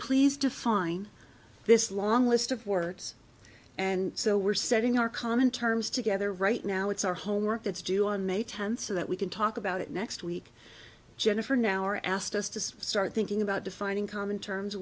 please define this long list of words and so we're setting our common terms together right now it's our homework that's due on may tenth so that we can talk about it next week jennifer now or asked us to start thinking about defining common terms